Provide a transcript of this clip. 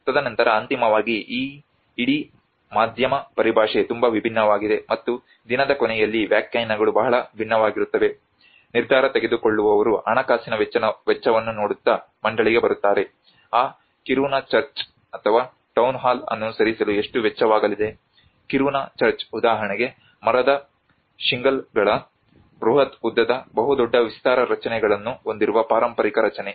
ತದನಂತರ ಅಂತಿಮವಾಗಿ ಈ ಇಡೀ ಮಾಧ್ಯಮ ಪರಿಭಾಷೆ ತುಂಬಾ ವಿಭಿನ್ನವಾಗಿದೆ ಮತ್ತು ದಿನದ ಕೊನೆಯಲ್ಲಿ ವ್ಯಾಖ್ಯಾನಗಳು ಬಹಳ ಭಿನ್ನವಾಗಿರುತ್ತವೆ ನಿರ್ಧಾರ ತೆಗೆದುಕೊಳ್ಳುವವರು ಹಣಕಾಸಿನ ವೆಚ್ಚವನ್ನು ನೋಡುತ್ತಾ ಮಂಡಳಿಗೆ ಬರುತ್ತಾರೆ ಆ ಕಿರುನಾ ಚರ್ಚ್ ಅಥವಾ ಟೌನ್ ಹಾಲ್ ಅನ್ನು ಸರಿಸಲು ಎಷ್ಟು ವೆಚ್ಚವಾಗಲಿದೆ ಕಿರುನಾ ಚರ್ಚ್ ಉದಾಹರಣೆಗೆ ಮರದ ಶಿಂಗಲ್ಗಳ ಬೃಹತ್ ಉದ್ದದ ಬಹುದೊಡ್ಡ ವಿಸ್ತಾರ ರಚನೆಗಳನ್ನು ಹೊಂದಿರುವ ಪಾರಂಪರಿಕ ರಚನೆ